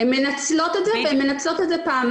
הן מנצלות את זה, והן מנצלות את זה פעמיים.